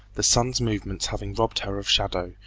the sun's movements having robbed her of shadow,